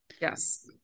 Yes